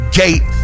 gate